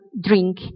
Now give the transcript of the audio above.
drink